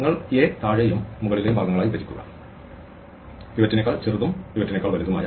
നിങ്ങൾ A താഴെയും മുകളിലെയും ഭാഗങ്ങളായി വിഭജിക്കുക പിവറ്റിനേക്കാൾ ചെറുതും പിവറ്റിനേക്കാൾ വലുതും